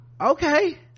okay